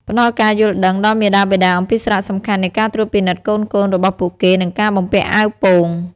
ផ្តល់ការយល់ដឹងដល់មាតាបិតាអំពីសារៈសំខាន់នៃការត្រួតពិនិត្យកូនៗរបស់ពួកគេ និងការបំពាក់អាវពោង។